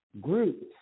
groups